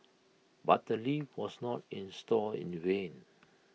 but the lift was not installed in vain